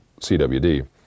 CWD